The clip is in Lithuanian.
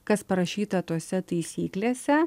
kas parašyta tose taisyklėse